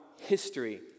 history